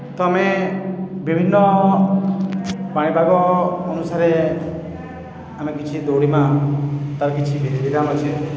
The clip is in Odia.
ତ ଆମେ ବିଭିନ୍ନ ପାଣିପାଗ ଅନୁସାରେ ଆମେ କିଛି ଦୌଡ଼ିମା ତା'ର କିଛି ବିଧିବିଧାନ ଅଛେ